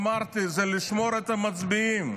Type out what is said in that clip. אמרתי, היא לשמור את המצביעים,